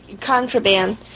contraband